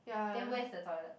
then where's the toilet